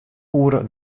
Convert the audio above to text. oere